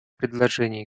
предложений